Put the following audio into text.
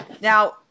Now